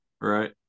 Right